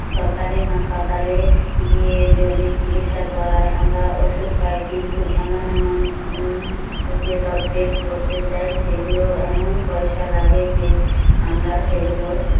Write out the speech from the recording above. সরকারি হাসপাতালে গিয়ে যদি চিকিৎসা করাই আমরা ওষুধ পাই কিন্তু এমন এমন যেসব টেস্ট করতে দেয় সেগুলো এমন পয়সা লাগে যে আমরা সেগুলো